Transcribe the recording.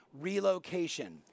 Relocation